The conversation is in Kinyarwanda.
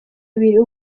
abiri